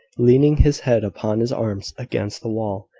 leaning his head upon his arms against the wall.